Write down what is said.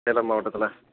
சேலம் மாவட்டத்தில்